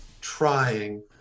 trying